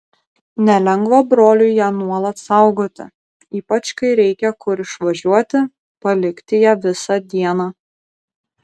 nelengva broliui ją nuolat saugoti ypač kai reikia kur išvažiuoti palikti ją visą dieną